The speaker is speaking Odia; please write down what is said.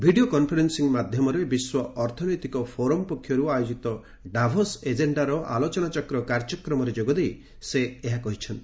ଭିଡ଼ିଓ କନ୍ଫରେନ୍ଦିଂ ମାଧ୍ୟମରେ ବିଶ୍ୱ ଅର୍ଥନୈତିକ ଫୋରମ୍ ପକ୍ଷରୁ ଆୟୋଜିତ 'ଡାଭୋସ୍ ଏକେଶ୍ଡା'ର ଆଲୋଚନାଚକ୍ର କାର୍ଯ୍ୟକ୍ରମରେ ଯୋଗଦେଇ ସେ ଏହା କହିଛନ୍ତି